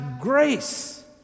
grace